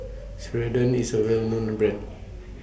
Ceradan IS A Well known Brand